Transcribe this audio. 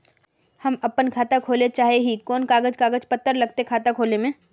हम अपन खाता खोले चाहे ही कोन कागज कागज पत्तार लगते खाता खोले में?